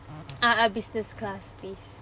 ah ah business class please